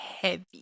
heavy